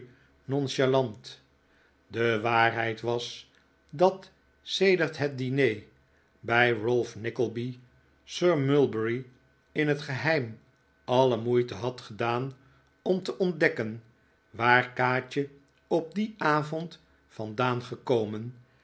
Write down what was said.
nonchalant de waarheid was dat sedert het diner bij ralph nickleby sir mulberry in het geheim alle moeite had gedaan om te ontdekken waar kaatje op dien avond vandaari gekomeh